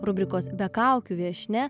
rubrikos be kaukių viešnia